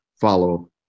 follow